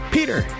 Peter